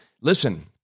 listen